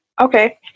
okay